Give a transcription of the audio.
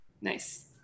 Nice